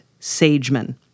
Sageman